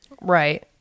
Right